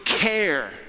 care